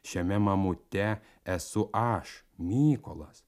šiame mamute esu aš mykolas